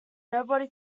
nobody